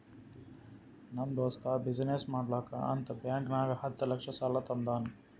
ನಮ್ ದೋಸ್ತ ಬಿಸಿನ್ನೆಸ್ ಮಾಡ್ಲಕ್ ಅಂತ್ ಬ್ಯಾಂಕ್ ನಾಗ್ ಹತ್ತ್ ಲಕ್ಷ ಸಾಲಾ ತಂದಾನ್